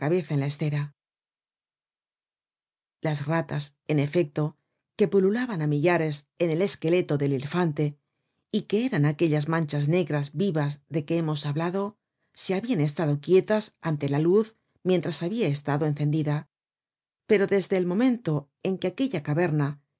la estera las ratas en efecto que pululaban á millares en el esqueleto del elefante y que eran aquellas manchas negras vivas de que hemos hablado se habian estado quietas ante la luz mientras habia estado encendida pero desde el momento en que aquella caverna